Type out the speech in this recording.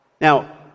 Now